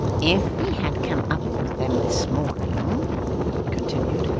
if we had come up with them this morning he continued,